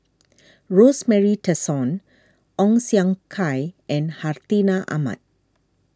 Rosemary Tessensohn Ong Siong Kai and Hartinah Ahmad